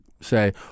say